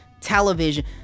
television